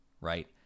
right